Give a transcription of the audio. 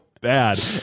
bad